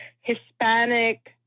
Hispanic